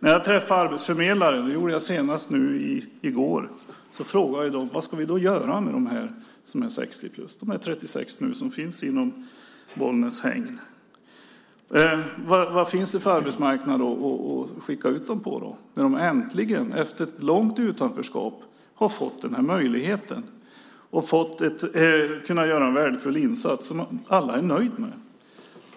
När jag träffar arbetsförmedlare - jag gjorde det senast i går - frågar de vad de ska göra med de 36 personer som är 60-plus och som finns inom Bollnäs hägn. Vad finns det för arbetsmarknad att skicka ut dem på när de äntligen, efter ett långt utanförskap, har fått möjligheten att göra en värdefull insats som alla är nöjda med?